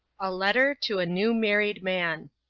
a letter to a new married man.